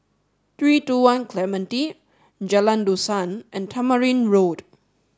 Three Two One Clementi Jalan Dusan and Tamarind Road